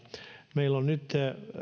meillä on nyt